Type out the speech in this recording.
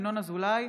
ינון אזולאי,